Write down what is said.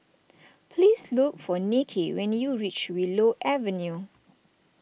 please look for Nicky when you reach Willow Avenue